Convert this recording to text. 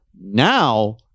Now